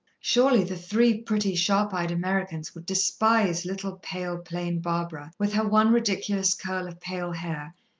surely the three pretty, sharp-eyed americans would despise little, pale, plain barbara, with her one ridiculous curl of pale hair,